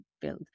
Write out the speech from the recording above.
build